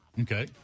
Okay